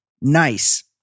Nice